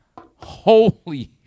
holy